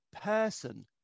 person